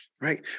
right